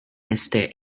este